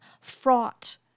fraught